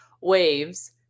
waves